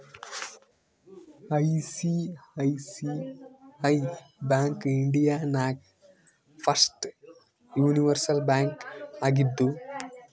ICICI bank India ನಾಗ್ first universal bank ಆಗಿದ್ದು